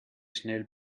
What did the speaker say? schnell